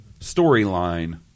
storyline